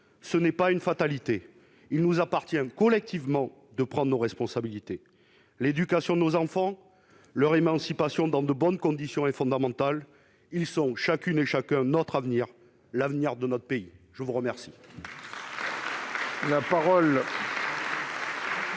Ce n'est pas une fatalité ; il nous appartient, collectivement, de prendre nos responsabilités. L'éducation de nos enfants, leur émancipation dans de bonnes conditions, est fondamentale ; ils sont notre avenir et l'avenir de notre pays. La parole